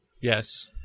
Yes